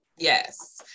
Yes